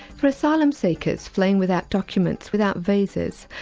for asylum seekers fleeing without documents, without visas,